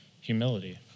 humility